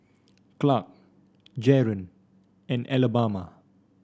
Clarke Jaren and Alabama